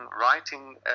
writing